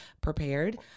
prepared